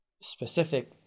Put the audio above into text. specific